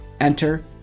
enter